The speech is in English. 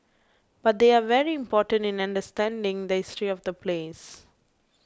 but they are very important in understanding the history of the place